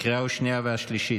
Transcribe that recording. לקריאה השנייה והשלישית.